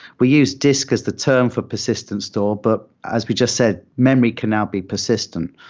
we use disk as the term for persistence store, but as we just said, memory can now be persistent.